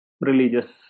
religious